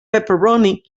pepperoni